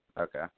Okay